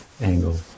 angle